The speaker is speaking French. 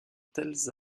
telles